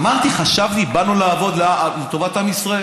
אמרתי: חשבתי שבאנו לעבוד לטובת עם ישראל.